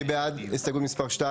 מי בעד הסתייגות מספר 2?